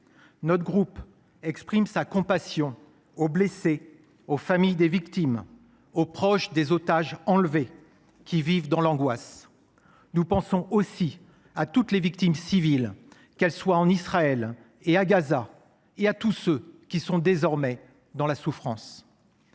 Notre groupe exprime sa compassion aux blessés, aux familles des victimes, aux proches des otages enlevés, qui vivent dans l’angoisse. Nous pensons aussi à toutes les victimes civiles, qu’elles soient en Israël ou à Gaza, et à tous ceux qui sont désormais dans la souffrance.